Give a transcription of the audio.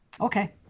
Okay